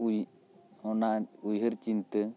ᱩᱭ ᱚᱱᱟ ᱩᱭᱦᱟᱹᱨ ᱪᱤᱱᱛᱟᱹ